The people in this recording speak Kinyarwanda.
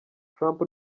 trump